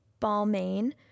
Balmain